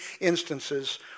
instances